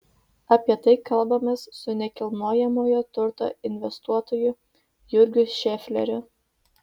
apie tai kalbamės su nekilnojamojo turto investuotoju jurgiu šefleriu